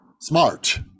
smart